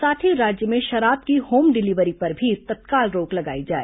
साथ ही राज्य में शराब की होम डिलीवरी पर भी तत्काल रोक लगाई जाए